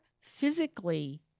physically